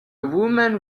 woman